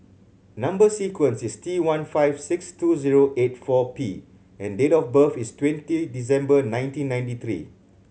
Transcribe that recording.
number sequence is T one five six two zero eight four P and date of birth is twenty December nineteen ninety three